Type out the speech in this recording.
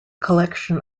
collection